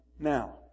Now